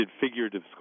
figurative